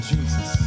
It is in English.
Jesus